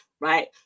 right